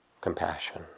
compassion